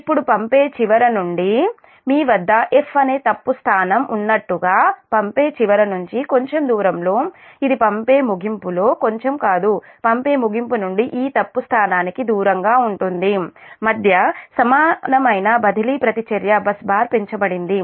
ఇప్పుడు పంపే చివర నుండి మీ వద్ద F అనే తప్పు స్థానం ఉన్నట్లుగా పంపే చివర నుండి కొంచెం దూరంలో ఇది పంపే ముగింపులో కొంచెం కాదు పంపే ముగింపు నుండి ఈ తప్పు స్థానానికి దూరంగా ఉంటుంది మధ్య సమానమైన బదిలీ ప్రతిచర్య బస్ బార్ పెంచబడింది